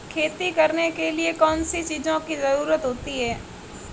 खेती करने के लिए कौनसी चीज़ों की ज़रूरत होती हैं?